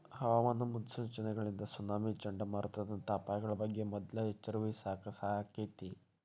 ಹವಾಮಾನ ಮುನ್ಸೂಚನೆಗಳಿಂದ ಸುನಾಮಿ, ಚಂಡಮಾರುತದಂತ ಅಪಾಯಗಳ ಬಗ್ಗೆ ಮೊದ್ಲ ಎಚ್ಚರವಹಿಸಾಕ ಸಹಾಯ ಆಕ್ಕೆತಿ